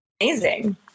Amazing